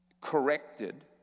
corrected